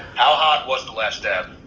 how hot was the last dab?